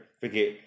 forget